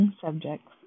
subjects